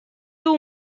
two